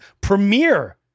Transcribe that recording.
premiere